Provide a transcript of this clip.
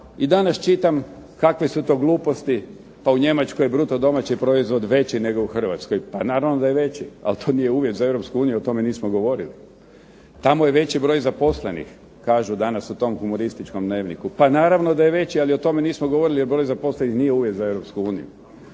I danas čitam kakve su to gluposti. Pa u Njemačkoj je bruto domaći proizvod veći nego u Hrvatskoj. Pa naravno da je veći, ali to nije uvjet za Europsku uniju, i o tome nismo govorili. Tamo je veći broj zaposlenih, kažu danas u tom humorističkom dnevniku. Pa naravno da je veći, ali o tome nismo govorili, jer broj zaposlenih nije uvjet za